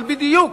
אבל בדיוק,